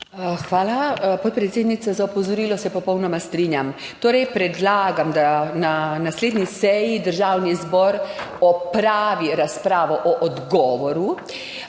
Hvala, podpredsednica, za opozorilo, se popolnoma strinjam. Predlagam, da na naslednji seji državni zbor opravi razpravo o odgovoru